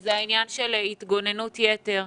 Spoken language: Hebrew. וזה העניין של התגוננות יתר.